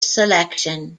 selection